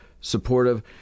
supportive